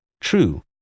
True